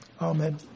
Amen